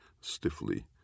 stiffly